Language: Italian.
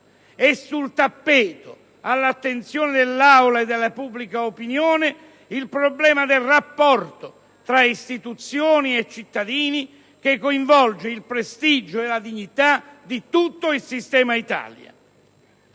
sul tappeto, all'attenzione dell'Aula e della pubblica opinione, il problema del rapporto tra istituzioni e cittadini che coinvolge il prestigio e la dignità di tutto il sistema Italia.